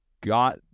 got